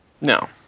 No